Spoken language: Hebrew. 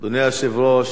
אדוני היושב-ראש,